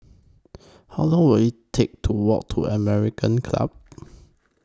How Long Will IT Take to Walk to American Club